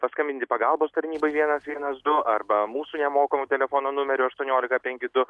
paskambinti pagalbos tarnybai vienas vienas du arba mūsų nemokamu telefono numeriu aštuoniolika penki du